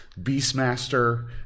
Beastmaster